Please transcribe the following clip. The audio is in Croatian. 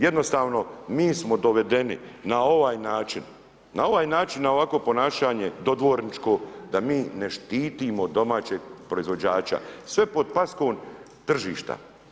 Jednostavno mi smo dovedeni na ovaj način, na ovaj način, na ovakvo ponašanje dodvorničko da mi ne štitimo domaćeg proizvođača sve pod paskom tržišta.